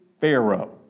Pharaoh